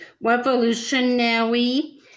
revolutionary